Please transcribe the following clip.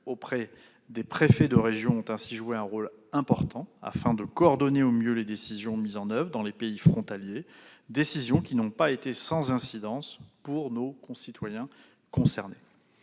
auprès des préfets de région ont ainsi joué un rôle important, afin de coordonner au mieux les décisions mises en oeuvre dans les pays frontaliers, décisions qui n'ont pas été sans incidence pour nos concitoyens concernés.